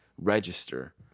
register